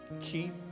Keep